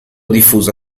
diffusa